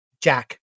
jack